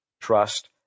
trust